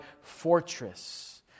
fortress